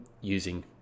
using